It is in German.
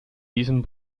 diesem